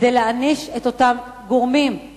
אנחנו נפתח את ישיבת הכנסת ביום שלישי בנאומים בני דקה.